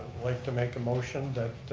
like to make a motion that,